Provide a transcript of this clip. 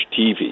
TV